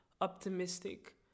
optimistic